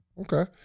Okay